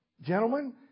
gentlemen